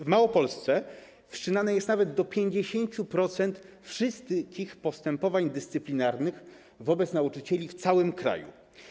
W Małopolsce wszczynanych jest nawet do 50% wszystkich postępowań dyscyplinarnych wobec nauczycieli w całym kraju.